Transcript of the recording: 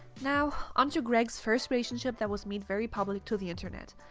now, onto gregs first relationship that was made very public to the internet.